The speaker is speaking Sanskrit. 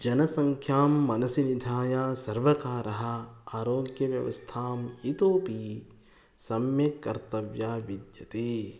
जनसंख्यां मनसि निधाय सर्वकारः आरोग्यव्यवस्थाम् इतोपि सम्यक् कर्तव्या विद्यते